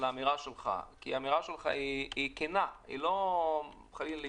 לאמירה שלך, כי היא כנה, היא לא חלילה לפגוע.